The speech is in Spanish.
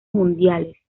mundiales